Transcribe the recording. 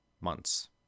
months